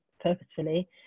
purposefully